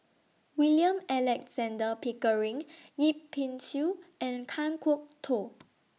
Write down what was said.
William Alexander Pickering Yip Pin Xiu and Kan Kwok Toh